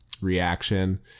reaction